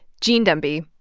gene demby.